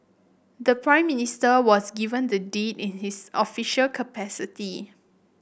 the Prime Minister was given the deed in his official capacity